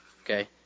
Okay